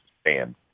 stand